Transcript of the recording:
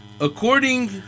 according